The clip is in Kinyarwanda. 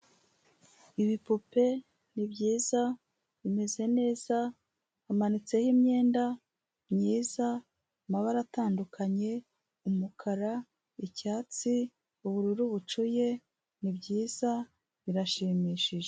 Ibipupe ni byiza bimeze neza hamanitseho imyenda myiza, amabara atandukanye, umukara icyatsi, ubururu, bucuye ni byiza birashimishije.